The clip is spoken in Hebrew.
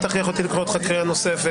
אל תכריח אותי לקרוא אותך קריאה נוספת.